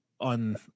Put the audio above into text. on